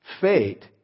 Fate